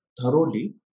thoroughly